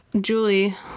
Julie